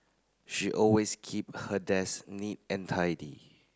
she always keep her desk neat and tidy